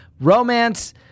romance